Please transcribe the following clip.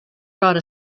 brought